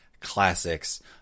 classics